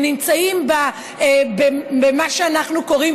הם נמצאים במה שאנחנו קוראים,